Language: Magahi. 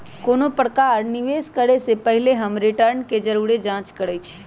कोनो प्रकारे निवेश करे से पहिले हम रिटर्न के जरुरे जाँच करइछि